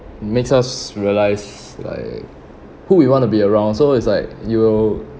makes us realise like who you want to be around so it's like you